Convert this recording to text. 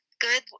Good